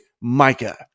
Micah